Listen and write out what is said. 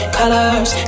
colors